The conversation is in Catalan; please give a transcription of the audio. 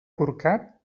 corcat